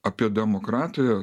apie demokratiją